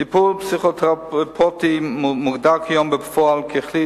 טיפול פסיכותרפויטי מוגדר כיום בפועל ככלי